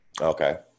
Okay